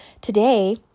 today